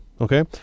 okay